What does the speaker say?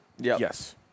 Yes